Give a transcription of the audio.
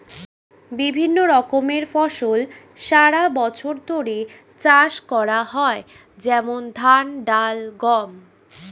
বিভিন্ন রকমের ফসল সারা বছর ধরে চাষ করা হয়, যেমন ধান, ডাল, গম